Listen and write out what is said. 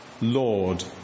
Lord